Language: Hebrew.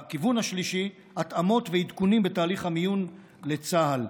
הכיוון השלישי: התאמות ועדכונים בתהליך המיון לצה"ל,